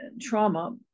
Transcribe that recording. trauma